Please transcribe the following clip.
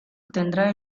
tendrá